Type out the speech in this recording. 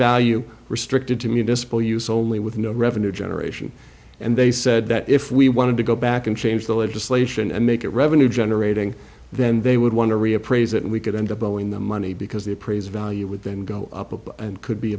value restricted to municipal use only with no revenue generation and they said that if we wanted to go back and change the legislation and make it revenue generating then they would want to reappraise it and we could end up owing the money because the appraised value would then go up and could be